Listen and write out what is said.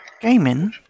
Gaming